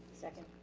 second.